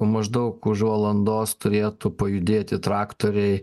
maždaug už valandos turėtų pajudėti traktoriai